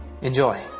Enjoy